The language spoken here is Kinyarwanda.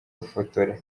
gufotora